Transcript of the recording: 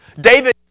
David